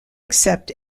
accept